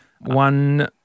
One